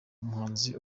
umuhanzi